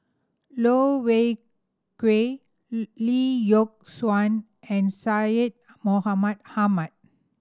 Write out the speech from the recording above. Loh Wei Kui Lee Yock Suan and Syed Mohamed Ahmed